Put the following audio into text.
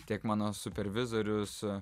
tiek mano supervizorius